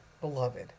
beloved